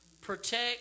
protect